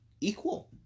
equal